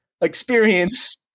experience